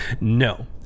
No